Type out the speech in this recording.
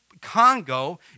Congo